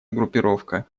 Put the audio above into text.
группировка